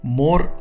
more